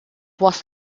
was